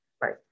right